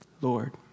Lord